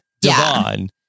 devon